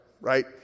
right